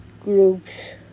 groups